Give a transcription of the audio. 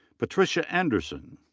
patricia andersen.